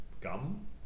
gum